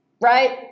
right